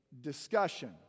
discussion